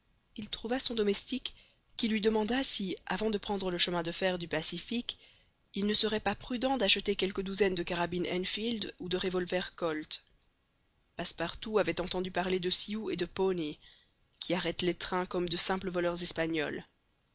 il trouva son domestique qui lui demanda si avant de prendre le chemin de fer du pacifique il ne serait pas prudent d'acheter quelques douzaines de carabines enfield ou de revolvers colt passepartout avait entendu parler de sioux et de pawnies qui arrêtent les trains comme de simples voleurs espagnols